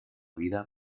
vida